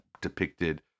depicted